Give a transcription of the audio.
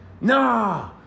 Nah